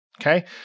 Okay